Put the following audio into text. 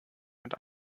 mit